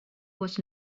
was